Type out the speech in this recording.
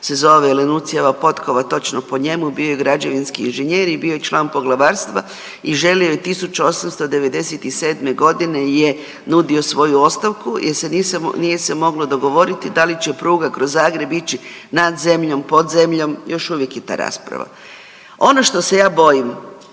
se zove Lelucijeva potkova, točno po njemu, bio je građevinski inženjer i bio je član Poglavarstva i želio je 1897. g. je nudio svoju ostavku jer se nije, nije se moglo dogovoriti da li će pruga kroz Zagreb ići nad zemljom, pod zemljom, još uvijek je ta rasprava. Ono što se ja bojim